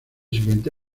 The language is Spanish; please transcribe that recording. siguiente